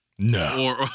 no